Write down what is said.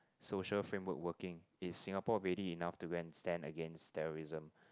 social framework working is Singapore ready enough to go and stand against terrorism